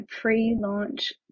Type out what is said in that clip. pre-launch